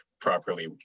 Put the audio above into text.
properly